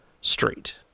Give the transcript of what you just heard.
Street